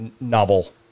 novel